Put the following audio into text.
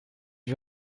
you